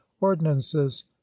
ordinances